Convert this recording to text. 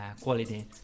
quality